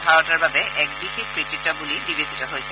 ভাৰতৰ বাবে এক বিশেষ কৃতিত্ব বুলি বিবেচিত হৈছে